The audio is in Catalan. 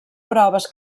proves